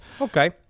Okay